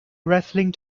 wrestling